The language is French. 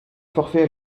forfait